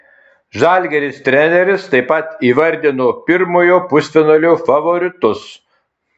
žalgiris treneris taip pat įvardino pirmojo pusfinalio favoritus